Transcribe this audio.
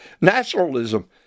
nationalism